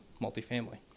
multifamily